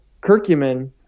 curcumin